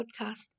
podcast